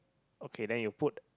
okay then you put